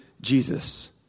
Jesus